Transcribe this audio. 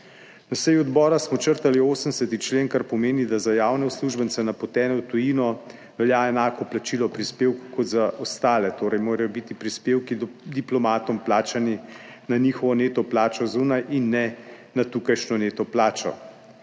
Na seji odbora smo črtali 80. člen, kar pomeni, da za javne uslužbence, napotene v tujino, velja enako plačilo prispevkov kot za ostale, torej prispevki diplomatom morajo biti plačani na njihovo neto plačo zunaj in ne na tukajšnjo neto plačo.